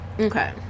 okay